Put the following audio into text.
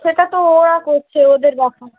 সেটা তো ওরা করছে ওদের